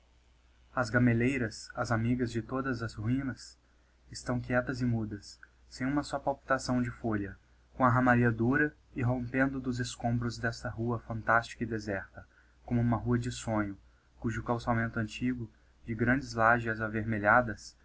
as gameleiras as amigas de todas as ruinas estão quietas e mudas sem uma só palpitação de folha com a ramaria dura irrompendo do escombros desta rua phantastica e deserta como uma rua de sonho cujo calçamento antigo de grandes lageas avermelhadas